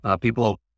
people